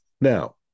Now